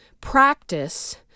practice